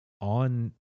on